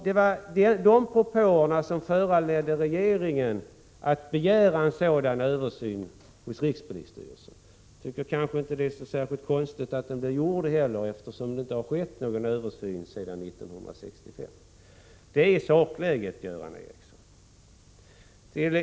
Det var de propåerna som föranledde regeringen att begära en sådan översyn hos rikspolisstyrelsen. Jag tycker kanske inte att det är så särskilt konstigt att den blir gjord, eftersom det inte hade skett någon översyn sedan 1965. Det är sakläget, Göran Ericsson.